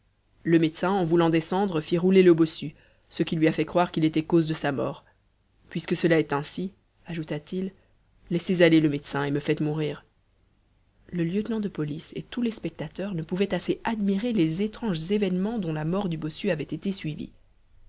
le médecin en voulant descendre fit rouler le bossu ce qui lui a fait croire qu'il était cause de sa mort puisque cela est ainsi ajouta-t-il laissez aller le médecin et me faites mourir le lieutenant de police et tous les spectateurs ne pouvaient assez admirer les étranges événements dont la mort du bossu avait été suivie